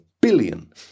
billion